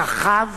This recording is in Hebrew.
רחב